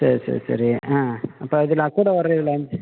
சரி சரி சரி ஆ இப்போ இதில் கூட வரது எவ்வளோ